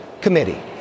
committee